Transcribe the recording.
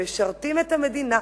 הם משרתים את המדינה,